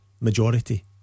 Majority